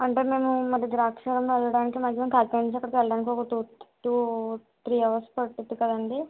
అంటే మేము మరి ద్రాక్షారామం వెళ్ళడానికి మాక్సిమం కాకినాడ నుంచి వెళ్ళడానికి టూ టూ త్రీ అవర్స్ పడుతుంది కదండి